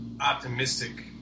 optimistic